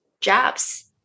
job's